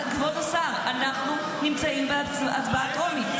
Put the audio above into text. כבוד השר, אנחנו נמצאים בהצבעה טרומית.